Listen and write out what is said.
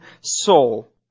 soul